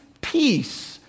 peace